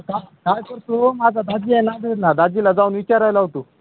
काय काय कर तू माझा दाजी आहे नांदेडला दाजीला जाऊन विचारायला हवं तू